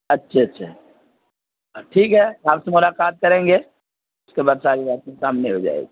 اچھا اچھا ٹھیک ہے آپ سے ملاقات کریں گے اس کے بعد ساری باتیں سامنے ہو جائے گی